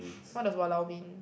what does !walao! mean